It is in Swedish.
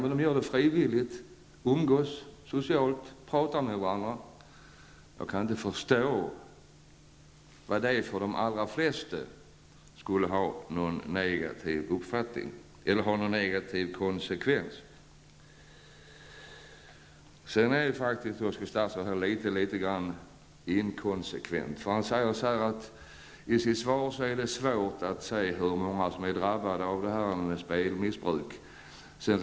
Men de gör det frivilligt, samtidigt som de umgås socialt och pratar med varandra. Jag kan inte förstå att detta för de flesta av de här människorna skulle få negativa konsekvenser. Statsrådet är litet inkonsekvent. I svaret sägs det att det är svårt att se hur många det är som är drabbade när det gäller spelmissbruket.